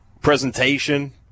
presentation